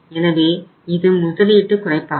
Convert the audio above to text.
எனவே இது முதலீட்டு குறைப்பாகும்